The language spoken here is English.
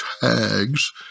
tags